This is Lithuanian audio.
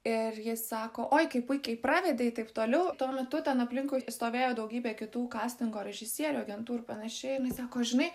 ir ji sako oi kaip puikiai pravedei taip toliau tuo metu ten aplinkui stovėjo daugybė kitų kastingo režisierių agentų ir panašiai sako žinai